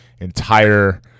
entire